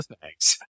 thanks